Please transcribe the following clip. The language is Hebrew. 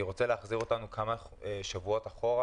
אני רוצה להחזיר אותנו כמה שבועות אחורה